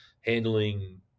handling